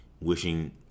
wishing